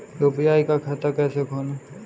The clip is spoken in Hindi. यू.पी.आई का खाता कैसे खोलें?